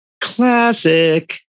Classic